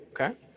Okay